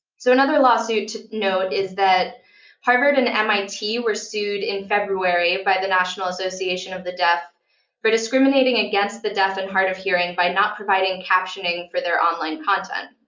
so another lawsuit to note is that harvard and mit were sued in february by the national association of the deaf for discriminating against the deaf and hard of hearing by not providing captioning for their online content.